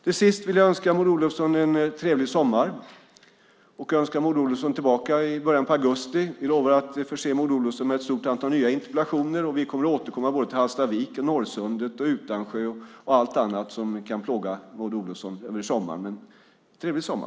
Till sist vill jag önska Maud Olofsson en trevlig sommar och önska henne tillbaka i början av augusti. Vi lovar att förse Maud Olofsson med ett stort antal nya interpellationer. Vi kommer att återkomma till Hallstavik, Norrsundet, Utansjö och allt annat som kan plåga Maud Olofsson över sommaren. Trevlig sommar!